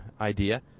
idea